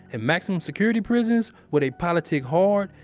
in maximum security prisons, where they politic hard,